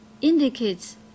indicates